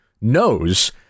knows